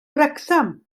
wrecsam